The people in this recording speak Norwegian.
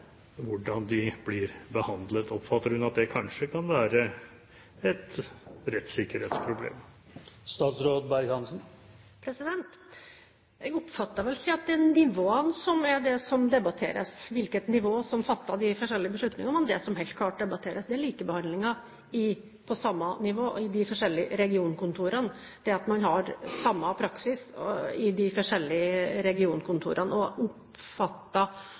hvordan de blir behandlet? Oppfatter hun at det kanskje kan være et rettssikkerhetsproblem? Jeg oppfatter vel ikke at det er nivåene som er det som debatteres – hvilket nivå som fatter de forskjellige beslutningene. Men det som helt klart debatteres, er likebehandlingen på samme nivå i de forskjellige regionkontorene, det at man har samme praksis i de forskjellige regionkontorene.